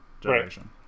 generation